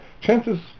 chances